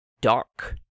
dark